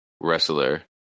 wrestler